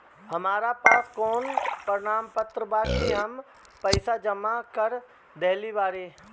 हमरा पास कौन प्रमाण बा कि हम पईसा जमा कर देली बारी?